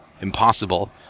impossible